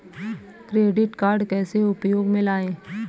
Credit card कैसे उपयोग में लाएँ?